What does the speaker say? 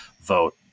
vote